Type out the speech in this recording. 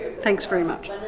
thanks very much.